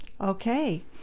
Okay